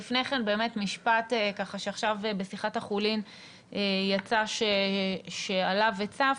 לפני כן משפט שעכשיו בשיחת החולין יצא שעלה וצף,